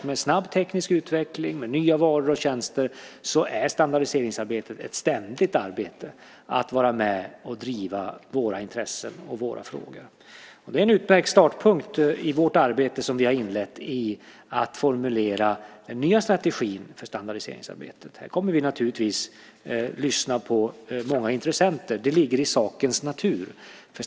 Med snabb teknisk utveckling och nya varor och tjänster är standardiseringsarbetet ett ständigt arbete för att vara med och driva våra intressen och våra frågor. Det är en utmärkt startpunkt i vårt arbete som vi har inlett med att formulera den nya strategin för standardiseringsarbetet. Här kommer vi naturligtvis att lyssna på många intressenter. Det ligger i sakens natur.